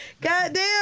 goddamn